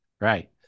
right